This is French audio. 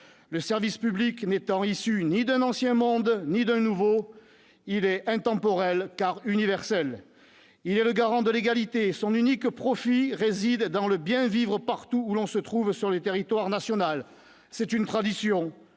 Le service public n'est issu ni d'un ancien ni d'un nouveau monde : il est intemporel car universel. Il est le garant de l'égalité, et son unique profit réside dans le bien-vivre partout où l'on se trouve sur le territoire national. C'est une tradition,